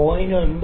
0